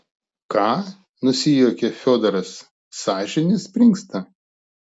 ką nusijuokė fiodoras sąžinė springsta